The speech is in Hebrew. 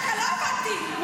לא הבנתי.